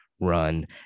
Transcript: run